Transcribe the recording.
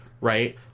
right